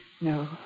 No